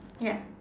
ya